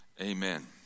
Amen